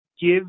give